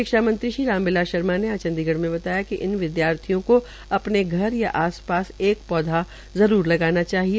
शिक्षा मंत्री श्री राम बिलास शर्मा ने आज चंडीगढ़ में बताया कि इन विदयार्थियों को अपने घर या आसपास एक पौधा जरूर लगाना चाहिए